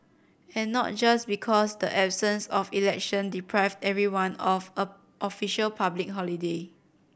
and not just because the absence of election deprived everyone of a official public holiday